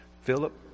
Philip